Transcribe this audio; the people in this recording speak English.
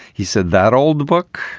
he said, that old book.